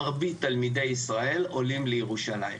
מרבית תלמידי ישראל עולים לירושלים.